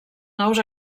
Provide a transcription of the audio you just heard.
nous